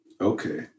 Okay